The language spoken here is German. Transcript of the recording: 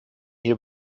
hier